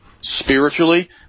spiritually